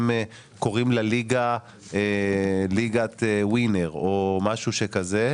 הם קוראים לליגה ליגת ווינר או משהו שכזה.